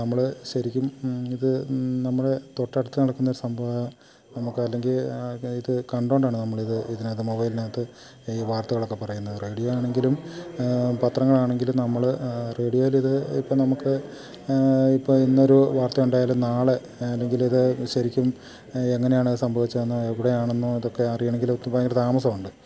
നമ്മള് ശരിക്കും ഇത് നമ്മുടെ തൊട്ടടുത്ത് നടക്കുന്ന ഒരു സംഭവം നമുക്ക് അല്ലെങ്കിൽ ഇത് കണ്ടുകൊണ്ടാണ് നമ്മളിത് ഇതിനകത്ത് മൊബൈലിനകത്ത് ഈ വാർത്തകളൊക്കെ പറയുന്നത് റേഡിയോ ആണെങ്കിലും പത്രങ്ങളാണെങ്കിലും നമ്മള് റേഡിയോലിത് ഇപ്പം നമുക്ക് ഇപ്പം ഇന്നൊരു വാർത്ത ഉണ്ടായാലും നാളെ അല്ലെങ്കിലിത് ശരിക്കും എങ്ങനെയാണ് ഇത് സംഭവിച്ചതെന്നോ എവിടെയാണെന്നോ ഇതൊക്കെ അറിയണമെങ്കില് ഭയങ്കര താമസം ഉണ്ട്